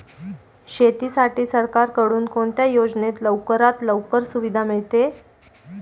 शेतीसाठी सरकारकडून कोणत्या योजनेत लवकरात लवकर सुविधा मिळते?